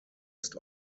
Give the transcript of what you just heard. ist